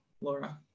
Laura